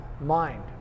mind